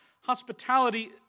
Hospitality